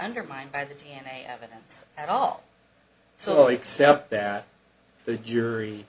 undermined by the d n a evidence at all so except that the jury